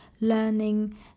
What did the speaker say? learning